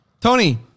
Tony